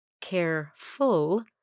careful